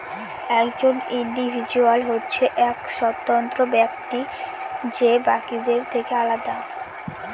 একজন ইন্ডিভিজুয়াল হচ্ছে এক স্বতন্ত্র ব্যক্তি যে বাকিদের থেকে আলাদা